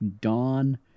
Dawn